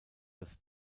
als